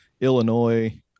Illinois